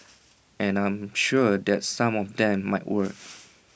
and I am sure that some of them might work